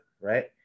right